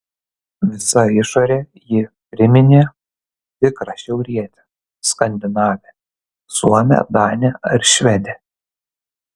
visa išore ji priminė tikrą šiaurietę skandinavę suomę danę ar švedę